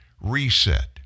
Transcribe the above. reset